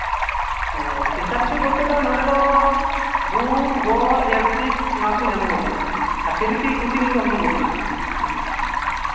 ᱚ ᱯᱷᱮᱥᱟᱞᱤᱴᱤ ᱵᱚᱞᱛᱮ ᱫᱚ ᱱᱚᱸᱰᱮ ᱫᱚ ᱵᱩᱴ ᱵᱚᱞ ᱡᱟᱹᱨᱥᱤ ᱱᱚᱣᱟ ᱠᱚ ᱧᱟᱢᱚᱜᱚᱜ ᱠᱟᱱᱟ ᱟᱨ ᱯᱷᱨᱤ ᱛᱮᱜᱮ ᱠᱳᱪᱤᱝ ᱫᱚ ᱦᱩᱭᱩᱜᱚᱜ ᱠᱟᱱᱟ ᱦᱮᱸ